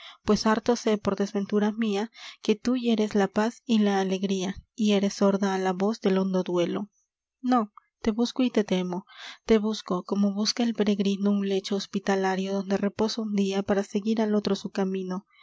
pues harto sé por desventura mia que tú hieres la paz y la alegría y eres sorda á la voz del hondo duelo no te busco y te temo te busco como busca el peregrino un lecho hospitalario donde reposa un dia para seguir al otro su camino